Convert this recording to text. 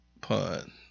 pun